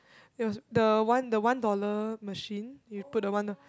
it was the one the one dollar machine you put the one lah